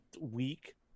week